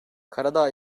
karadağ